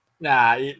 Nah